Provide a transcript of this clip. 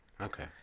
Okay